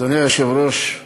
אדוני היושב-ראש,